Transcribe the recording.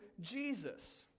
Jesus